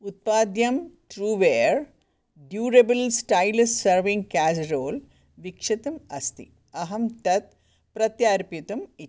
उत्पाद्यं trueware durable stainless serving casserole विक्षतम् अस्ति अहं तत् प्रत्यर्पयितुम् इच्छामि